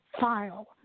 file